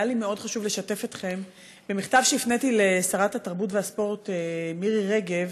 היה לי מאוד חשוב לשתף אתכם במכתב שהפניתי לשרת התרבות והספורט מירי רגב